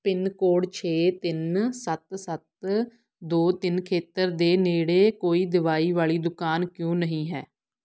pin code ਛੇ ਤਿੰਨ ਸੱਤ ਸੱਤ ਦੋ ਤਿੰਨ ਖੇਤਰ ਦੇ ਨੇੜੇ ਕੋਈ ਦਵਾਈ ਵਾਲੀ ਦੁਕਾਨ ਕਿਉਂ ਨਹੀਂ ਹੈ